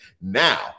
Now